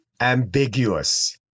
ambiguous